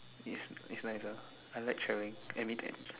it's it's nice ah I like traveling and meeting